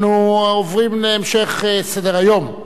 אנחנו עוברים להמשך סדר-היום.